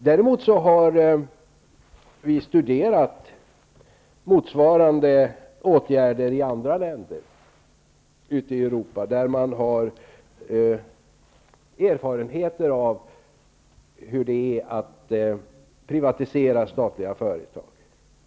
Däremot har vi studerat effekten av motsvarande åtgärder i andra länder ute i Europa, där man har erfarenheter av att privatisera statliga företag.